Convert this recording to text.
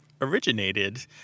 originated